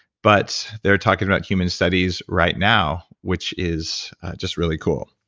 but they're talking about human studies right now, which is just really cool.